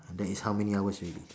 that is how many hours already